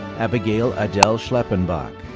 abigail adele schleppenbach.